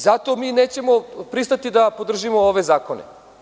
Zato mi nećemo pristati da podržimo ove zakone.